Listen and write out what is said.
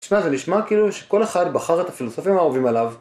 זה נשמע כאילו שכל אחד בחר את הפילוסופים האהובים עליו.